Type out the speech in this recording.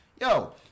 Yo